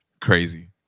crazy